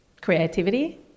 creativity